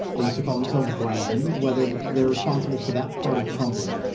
they used to call themselves grand whether they're responsible for that party crumbling,